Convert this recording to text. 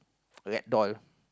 rag doll